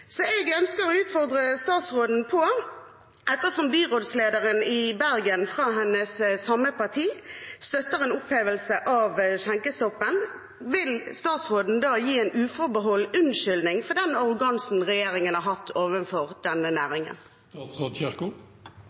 Jeg ønsker å utfordre statsråden på følgende: Ettersom byrådslederen i Bergen, som kommer fra hennes parti, støtter en opphevelse av skjenkestoppen, vil statsråden gi en uforbeholden unnskyldning for den arrogansen regjeringen har vist overfor denne